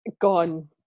Gone